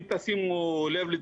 אם תשימו לב אליהן,